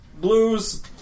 Blues